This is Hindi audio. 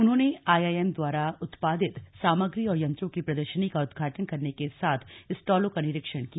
उन्होंने ने आईआईएम द्वारा उत्पादित सामग्री और यंत्रों की प्रदर्शनी का उद्घाटन करने के साथ स्टालों का निरीक्षण किया